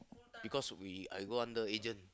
because we I go on the agent